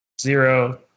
Zero